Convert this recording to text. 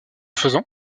faisant